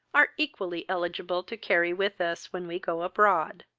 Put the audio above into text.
are equally eligible to carry with us when we go abroad.